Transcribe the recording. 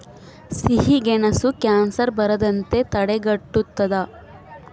ಸಿಹಿಗೆಣಸು ಕ್ಯಾನ್ಸರ್ ಬರದಂತೆ ತಡೆಗಟ್ಟುತದ